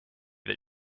that